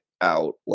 out